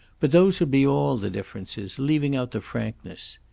but those would be all the differences, leaving out the frankness.